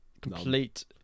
Complete